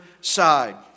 side